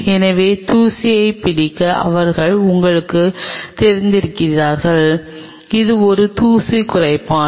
எனவே தூசியைப் பிடிக்க அவர்கள் உங்களுக்குத் தெரிந்திருக்கிறார்கள் இது ஒரு தூசி குறைப்பான்